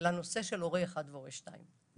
לנושא של הורה 1 והורה 2 -- מתי?